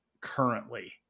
currently